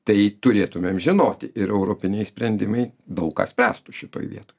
tai turėtumėm žinoti ir europiniai sprendimai daug ką spręstų šitoj vietoj